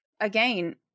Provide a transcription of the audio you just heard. again